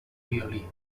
violí